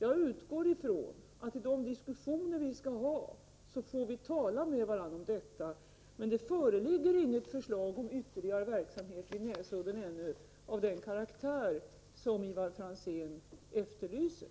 Jag utgår från att vi vid de diskussioner vi skall ha får tala med varandra om detta. Det föreligger alltså inget förslag om ytterligare verksamhet vid Näsudden av den karaktär som Ivar Franzén efterlyser.